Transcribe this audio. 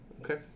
okay